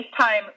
FaceTime